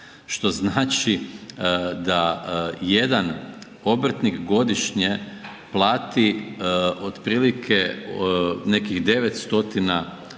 Što znači da jedan obrtnik godišnje plati otprilike nekih 9 stotina kuna